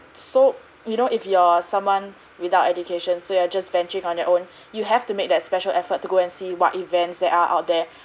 so you know if you are someone without education so you are just venturing on your own you have to make that special effort to go and see what events that are out there